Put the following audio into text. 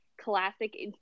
classic